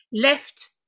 left